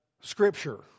Scripture